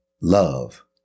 love